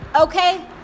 okay